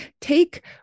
take